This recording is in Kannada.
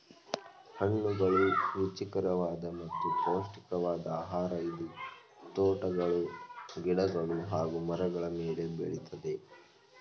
ಹಣ್ಣುಗಳು ರುಚಿಕರವಾದ ಮತ್ತು ಪೌಷ್ಟಿಕವಾದ್ ಆಹಾರ ಇದು ತೋಟಗಳು ಗಿಡಗಳು ಹಾಗೂ ಮರಗಳ ಮೇಲೆ ಬೆಳಿತದೆ